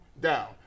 down